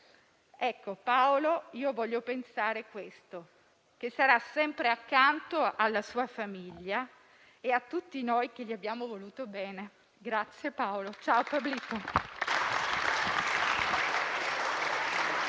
Ecco, io voglio pensare questo, che Paolo sarà sempre accanto alla sua famiglia e a tutti noi che gli abbiamo voluto bene. Grazie Paolo, ciao Pablito.